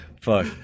fuck